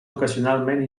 ocasionalment